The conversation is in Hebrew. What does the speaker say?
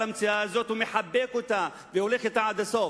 המציאה הזאת ומחבק אותה והולך אתה עד הסוף.